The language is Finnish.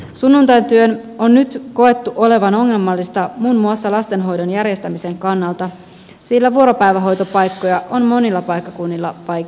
sunnuntaityön on nyt koettu olevan ongelmallista muun muassa lastenhoidon järjestämisen kannalta sillä vuoropäivähoitopaikkoja on monilla paikkakunnilla vaikea saada